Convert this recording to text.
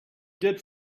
did